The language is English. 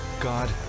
god